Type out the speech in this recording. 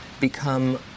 become